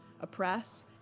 oppress